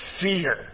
fear